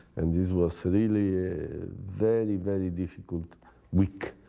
and this was really a very very difficult week.